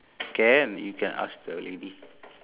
can you can ask the lady